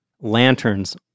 lanterns